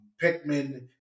Pikmin